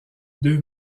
deux